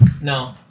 No